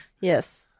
Yes